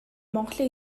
монголын